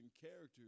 character